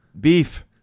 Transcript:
beef